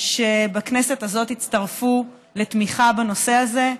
שבכנסת הזאת הצטרפו לתמיכה בנושא הזה.